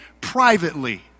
privately